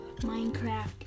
Minecraft